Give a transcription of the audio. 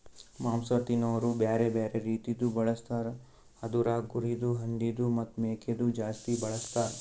ಮಾಂಸ ತಿನೋರು ಬ್ಯಾರೆ ಬ್ಯಾರೆ ರೀತಿದು ಬಳಸ್ತಾರ್ ಅದುರಾಗ್ ಕುರಿದು, ಹಂದಿದು ಮತ್ತ್ ಮೇಕೆದು ಜಾಸ್ತಿ ಬಳಸ್ತಾರ್